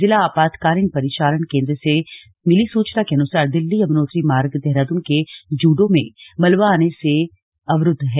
जिला आपातकाली परिचालन केंद्र से मिली सूचना के अनुसार दिल्ली यमुनोत्री मार्ग देहरादून के जूडो में मलबा आने से अवरुद्ध है